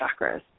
chakras